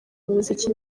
muziki